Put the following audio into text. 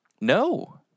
no